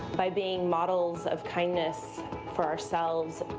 by being models of kindness for ourselves,